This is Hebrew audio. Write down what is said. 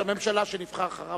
ראש הממשלה שנבחר אחריו,